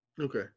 Okay